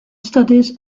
studies